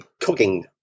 cooking